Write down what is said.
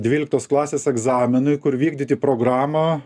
dvyliktos klasės egzaminui kur vykdyti programą